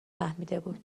فهمیدهبود